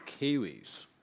Kiwis